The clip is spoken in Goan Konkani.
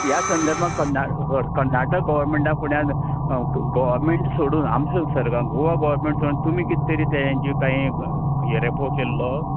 ह्या संदर्बांत कर्ना कर्नाटक गोवोरमेंटा फुड्यान गोवोरमेंट सोडून आमचें सरकार गोवा गोवोरमेंट सोडून तुमी किदें तरी तें एन जी ओ काय हें रेपो केल्लो